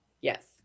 Yes